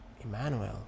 Emmanuel